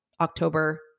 October